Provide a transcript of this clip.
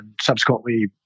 subsequently